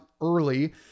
early